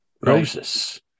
Moses